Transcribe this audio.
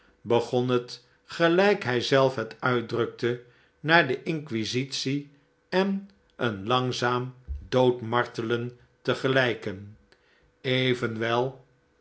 begon het gelijk hi zelf het uitdrukte naar de inquisitie en een langzaam doodmartelen te gelijken evenwel